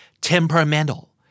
temperamental